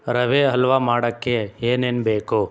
ರವೆ ಹಲ್ವ ಮಾಡೋಕ್ಕೆ ಏನೇನು ಬೇಕು